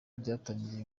ryatangiye